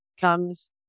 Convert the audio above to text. comes